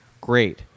Great